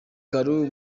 kalou